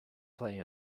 play